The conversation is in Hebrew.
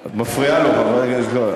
את מפריעה לו, חברת הכנסת קול.